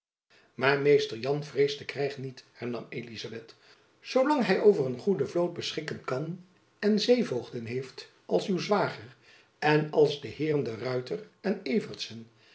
maar mr jan vreest den krijg niet hernam elizabeth zoo lang hy over een goede vloot beschikken kan en zeevoogden heeft als uw zwager en als de heeren de ruyter en